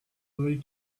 lake